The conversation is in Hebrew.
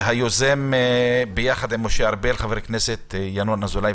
היוזם יחד עם חבר הכנסת משה ארבל,